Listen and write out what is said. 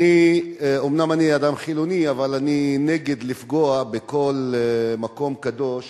אומנם אני אדם חילוני אבל אני נגד לפגוע בכל מקום קדוש